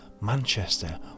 Manchester